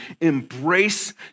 embrace